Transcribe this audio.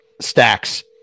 Stacks